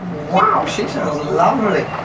wow, she sounds lovely.